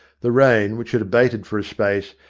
the rain, which had abated for a space,